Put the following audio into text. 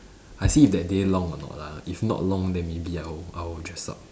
I see that day long or not lah if not long then maybe I will I will dress up